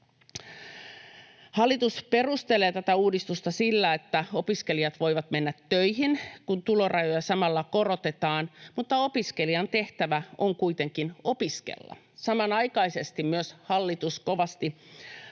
Hallitus perustelee tätä uudistusta sillä, että opiskelijat voivat mennä töihin, kun tulorajoja samalla korotetaan, mutta opiskelijan tehtävä on kuitenkin opiskella. Samanaikaisesti myös hallitus kovasti